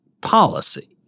policy